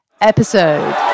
episode